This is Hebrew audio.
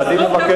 תסתום את הפה.